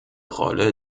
rolle